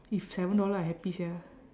if seven dollar I happy sia